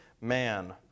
man